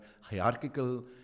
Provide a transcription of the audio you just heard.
hierarchical